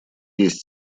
есть